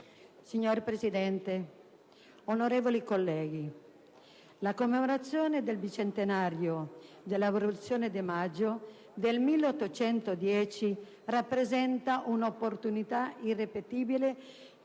Signor Presidente, onorevoli colleghi, la commemorazione del bicentenario della Rivoluzione di maggio del 1810 rappresenta un'opportunità irripetibile